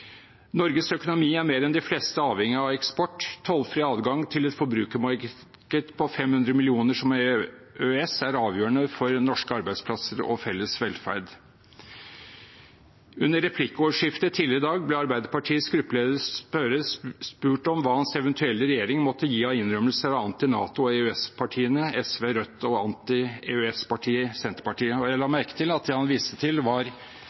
Norges økonomi er mer enn de fleste avhengig av eksport. Tollfri adgang til et forbrukermarked på 500 millioner mennesker, som EØS-avtalen gir, er avgjørende for norske arbeidsplasser og felles velferd. Under replikkordskiftet tidligere i dag ble Arbeiderpartiets gruppeleder, Jonas Gahr Støre, spurt om hva hans eventuelle regjering måtte ha gitt av innrømmelser til anti-NATO- og anti-EØS-partiene SV og Rødt og anti-EØS-partiet Senterpartiet. Jeg la merke til at det han viste til, var